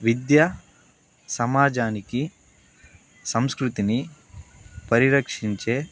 విద్య సమాజానికి సంస్కృతిని పరిరక్షించే